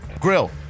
Grill